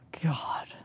God